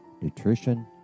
nutrition